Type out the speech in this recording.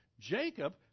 Jacob